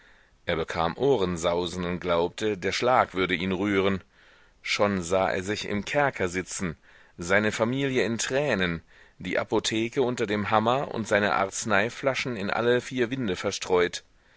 er bekam ohrensausen und glaubte der schlag würde ihn rühren schon sah er sich im kerker sitzen seine familie in tränen die apotheke unter dem hammer und seine arzneiflaschen in alle vier winde verstreut